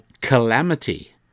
calamity